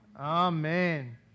Amen